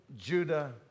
Judah